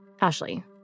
Ashley